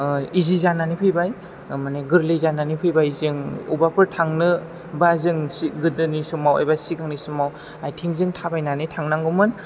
इजि जानानै फैबाय माने गोरलै जानानै फैबाय जों अबाबाफोर थांनो बा जों गोदोनि समाव बा सिगांनि समाव आथिंजों थाबायनानै थांनांगौमोन